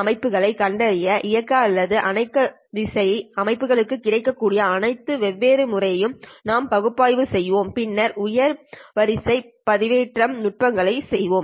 அமைப்புகளைக் கண்டறிய இயக்க அல்லது அணைக்க விசை அமைப்புகளுக்கு கிடைக்கக்கூடிய அனைத்து வெவ்வேறு முறைகளையும் நாம் மதிப்பாய்வு செய்வோம் பின்னர் உயர் வரிசை பண்பேற்றம் நுட்பங்களுக்குச் செல்வோம்